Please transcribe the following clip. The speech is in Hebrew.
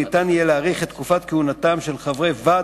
אני מתכבד להציג בפניכם את הצעת חוק התקשורת (המשך שידורי חדשות